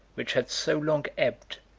which had so long ebbed,